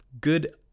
good